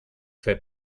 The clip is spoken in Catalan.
fer